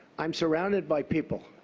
i'm surrounded by people,